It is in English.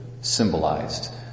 symbolized